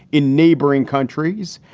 in neighboring countries.